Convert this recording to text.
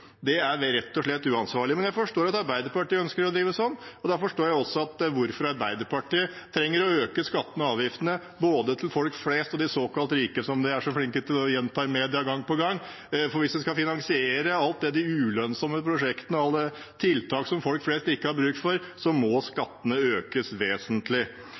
Det er rett og slett uansvarlig. Men jeg forstår at Arbeiderpartiet ønsker å drive sånn, og da forstår jeg også hvorfor Arbeiderpartiet trenger å øke skatter og avgifter for både folk flest og de såkalt rike, som de er så flinke til å gjenta gang på gang i media. For hvis man skal finansiere alle de ulønnsomme prosjektene og alle tiltak som folk flest ikke har bruk for, må skattene økes vesentlig.